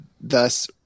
thus